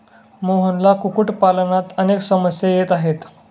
मोहनला कुक्कुटपालनात अनेक समस्या येत आहेत